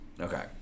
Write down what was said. Okay